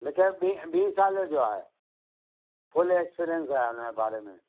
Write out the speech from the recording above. मूंखे ॿी ॿी साले जो आहे फ़ुल एक्सपीरियंस आहे उनजे बारे में